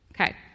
Okay